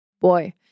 boy